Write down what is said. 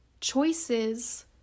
Choices